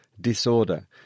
disorder